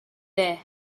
there